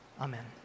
Amen